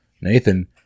Nathan